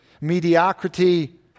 mediocrity